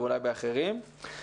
ואולי באחרים.